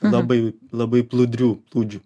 labai jau labai plūdrių plūdžių